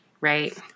right